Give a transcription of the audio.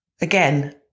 again